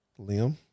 Liam